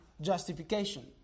justification